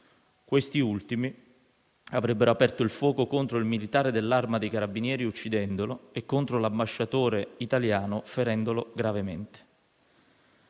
questi ultimi avrebbero aperto il fuoco contro il militare dell'Arma dei carabinieri, uccidendolo, e contro l'ambasciatore italiano, ferendolo gravemente.